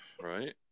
Right